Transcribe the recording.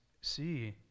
see